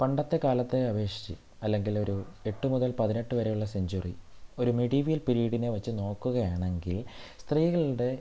പണ്ടത്തെ കാലത്തെ അപേക്ഷിച്ച് അല്ലെങ്കിലൊരു എട്ട് മുതൽ പതിനെട്ട് വരെയുള്ള സെഞ്ച്വറി ഒരു മിഡീവിയൽ പിരീഡിനെ വെച്ച് നോക്കുകയാണെങ്കിൽ സ്ത്രീകളുടെ